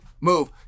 move